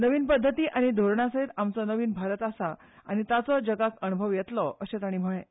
नवीन पद्दत् आनी धोरणा सयत आमचो नवीन भारत आसा आनी ताचो जगाक अणभव येतलो अशें तांणी म्हळें